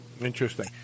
Interesting